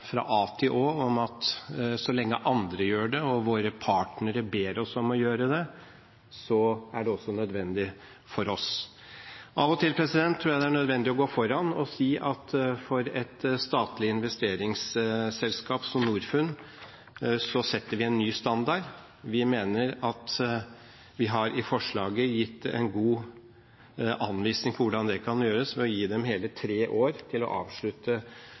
fra A til Å om at så lenge andre gjør det, og våre partnere ber oss om å gjøre det, er det også nødvendig for oss. Av og til tror jeg det er nødvendig å gå foran og si at for et statlig investeringsselskap som Norfund setter vi en ny standard. Vi mener at vi i forslaget har gitt en god anvisning på hvordan det kan gjøres, ved å gi dem hele tre år til å avslutte